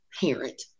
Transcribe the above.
parent